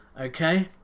Okay